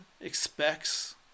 expects